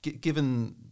given